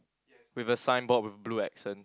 with a signboard with blue accent